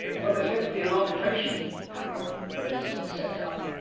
well, there's going to be an arbitration panel that is set up,